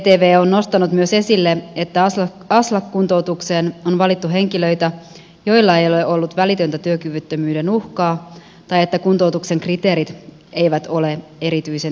vtv on nostanut myös esille että aslak kuntoutukseen on valittu henkilöitä joilla ei ole ollut välitöntä työkyvyttömyyden uhkaa tai että kuntoutuksen kriteerit eivät ole erityisen tiukkoja